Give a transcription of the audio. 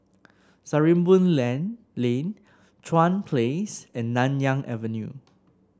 Sarimbun Lan Lane Chuan Place and Nanyang Avenue